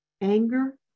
Anger